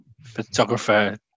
photographer